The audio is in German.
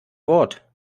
wort